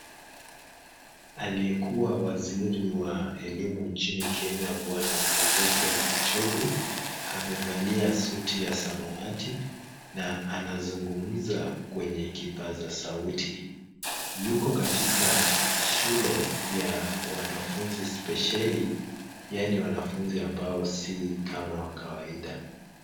Aliyekua waziri wa elimu nchini kenya Bwana Ezekiel Machogu amevalia suti ya samawati na anazungumza kwenye kipaza sauti. Yuko katika shule ya wanafunzi spesheli yaani wanafunzi ambao si kama kawaida.